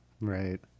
Right